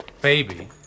baby